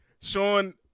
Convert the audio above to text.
Sean